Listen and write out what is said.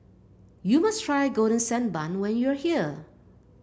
you must try Golden Sand Bun when you are here